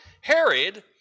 Herod